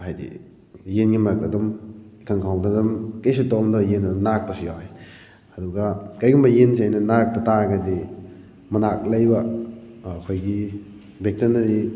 ꯍꯥꯏꯗꯤ ꯌꯦꯟꯒꯤ ꯃꯔꯛꯇ ꯑꯗꯨꯝ ꯏꯈꯪ ꯈꯪꯍꯧꯗꯅ ꯑꯗꯨꯝ ꯀꯔꯤꯁꯨ ꯇꯧꯔꯝꯗꯕ ꯌꯦꯟꯗꯨ ꯅꯥꯔꯛꯄꯁꯨ ꯌꯥꯎꯏ ꯑꯗꯨꯒ ꯀꯔꯤꯒꯨꯝꯕ ꯌꯦꯟꯁꯦ ꯑꯩꯅ ꯅꯥꯔꯛꯄ ꯇꯥꯔꯒꯗꯤ ꯃꯅꯥꯛ ꯂꯩꯕ ꯑꯩꯈꯣꯏꯒꯤ ꯕꯦꯇꯅꯔꯤ